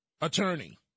attorney